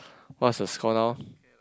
what's the score now